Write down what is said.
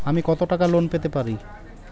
আমি কত টাকা লোন পেতে পারি?